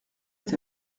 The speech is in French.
est